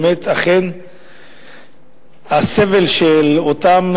באמת הסבל של אותם